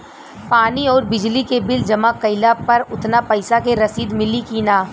पानी आउरबिजली के बिल जमा कईला पर उतना पईसा के रसिद मिली की न?